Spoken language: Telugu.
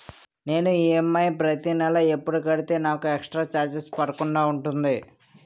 నేను ఈ.ఎం.ఐ ప్రతి నెల ఎపుడు కడితే నాకు ఎక్స్ స్త్ర చార్జెస్ పడకుండా ఉంటుంది?